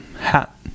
hat